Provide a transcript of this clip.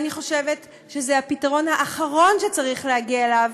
אני חושבת שזה הפתרון האחרון שצריך להגיע אליו,